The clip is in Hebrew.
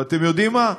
ואתם יודעים מה?